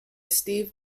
steve